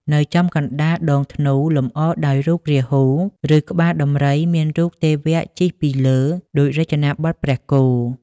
នៅចំកណ្តាលដងធ្នូលម្អដោយរូបរាហ៊ូ ឬ ក្បាលដំរីមានរូបទេវៈជិះពីលើដូចរចនាបថព្រះគោ។